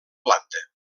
planta